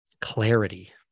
clarity